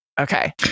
Okay